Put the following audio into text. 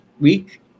week